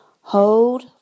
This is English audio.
Hold